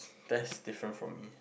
that's different from me